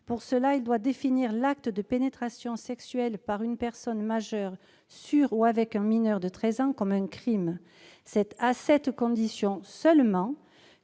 Pour cela, il doit définir l'acte de pénétration sexuelle par une personne majeure sur ou avec un mineur de treize ans comme un crime. C'est à cette condition seulement